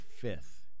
fifth